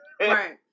Right